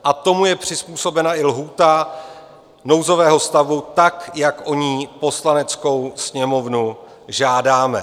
A tomu je přizpůsobena i lhůta nouzového stavu, tak jak o ni Poslaneckou sněmovnu žádáme.